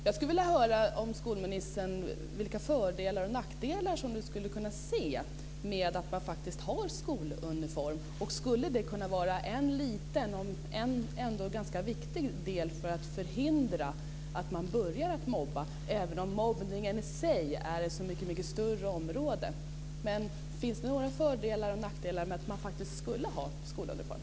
Jag skulle vilja höra från skolministern vilka föroch nackdelar som hon skulle se med en skoluniform. Skulle det kunna vara en liten, om ändå en ganska viktig, del i att förhindra att man börjar att mobba? Mobbningen i sig är ju ett mycket större område. Finns det några för och nackdelar med att man faktikst skulle ha en skoluniform?